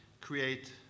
create